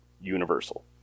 universal